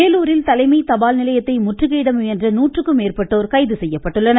வேலூரில் தலைமை தபால் நிலையத்தை முற்றுகையிட முயன்ற நூற்றுக்கும் மேற்பட்டோர் கைது செய்யப்பட்டுள்ளனர்